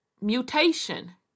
Mutation